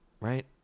Right